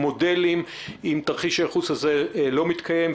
מודלים אם תרחיש הייחוס הזה לא מתקיים,